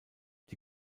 die